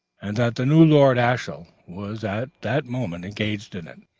and that the new lord ashiel was at that moment engaged in it,